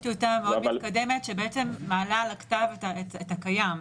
יש טיוטה מאוד מתקדמת שבעצם מעלה על הכתב את הקיים,